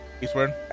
Eastward